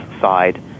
side